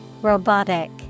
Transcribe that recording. Robotic